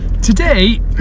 Today